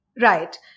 Right